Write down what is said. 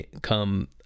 come